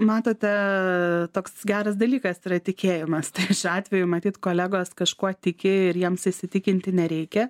matote toks geras dalykas yra tikėjimas tai šiuo atveju matyt kolegos kažkuo tikėjo ir jiems įsitikinti nereikia